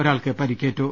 ഒരാൾക്ക് പരിക്കേറ്റു